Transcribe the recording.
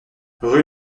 rue